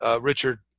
Richard